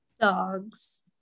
Dogs